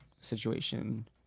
situation